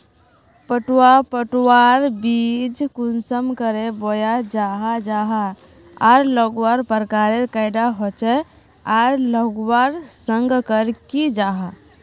पटवा पटवार बीज कुंसम करे बोया जाहा जाहा आर लगवार प्रकारेर कैडा होचे आर लगवार संगकर की जाहा?